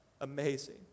amazing